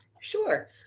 Sure